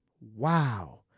Wow